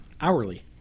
Hourly